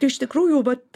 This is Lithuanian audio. iš tikrųjų vat